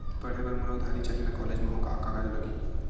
पढ़े बर मोला उधारी चाही मैं कॉलेज मा हव, का कागज लगही?